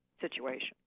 situation